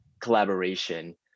collaboration